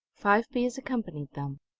five bees accompanied them.